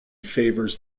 favours